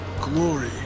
glory